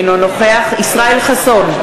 אינו נוכח ישראל חסון,